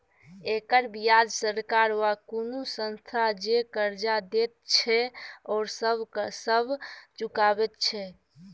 एकर बियाज सरकार वा कुनु संस्था जे कर्जा देत छैथ ओ सब चुकाबे छै